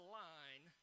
line